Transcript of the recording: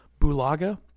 Bulaga